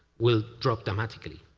will drop dramatically.